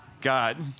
God